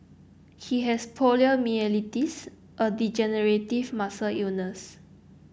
he has poliomyelitis a degenerative muscle illness